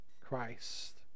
Christ